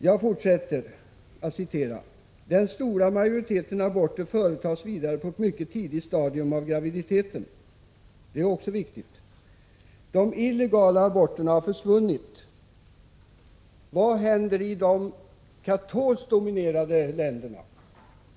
Jag fortsätter att citera vad som står i Ingrid Ronne-Björkqvists reservation: ”Den stora majoriteten aborter företas vidare på ett mycket tidigt stadium av graviditeten.” Det är också viktigt. ”De illegala aborterna har försvunnit.” Vad händer i de katolska länderna?